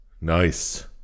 Nice